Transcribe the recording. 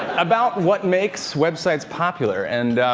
about what makes websites popular, and,